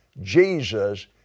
Jesus